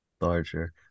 Larger